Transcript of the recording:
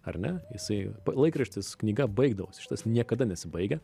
ar ne jisai pa laikraštis knyga baigdavosi šitas niekada nesibaigia